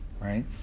right